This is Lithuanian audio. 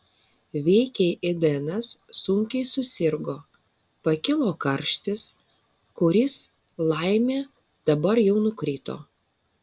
veikiai edenas sunkiai susirgo pakilo karštis kuris laimė dabar jau nukrito